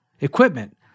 equipment